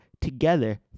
together